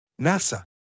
NASA